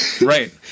Right